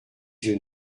yeux